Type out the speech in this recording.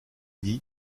dit